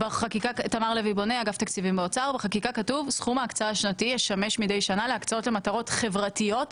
בחקיקה כתוב סכום ההקצאה השנתי ישמש מידי שנה להקצאות למטרות חברתיות,